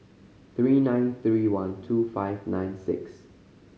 three nine three one two five nine six